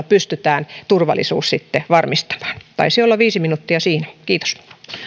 pystytään turvallisuus varmistamaan taisi olla viisi minuuttia siinä kiitos